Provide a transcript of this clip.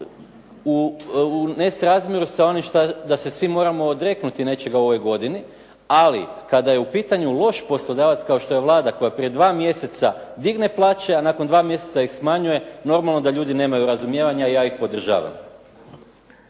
u nesrazmjeru sa onim da se svi moramo odreknuti nečega u ovoj godini. Ali kada je u pitanju loš poslodavac kao što je Vlada koja prije dva mjeseca digne plaće, a nakon dva mjeseca ih smanjuje normalno da ljudi nemaju razumijevanja i ja ih podržavam.